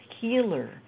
healer